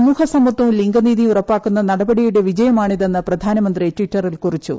സമൂഹ സമത്വവും ലിംഗനീതിയും ഉറപ്പാക്കുന്ന നടപടിയുടെ വിജയമാണിതെന്ന് പ്രധാനമന്ത്രി ട്വിറ്ററിൽ കുറിച്ചു